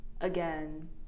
again